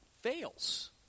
fails